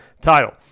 title